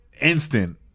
instant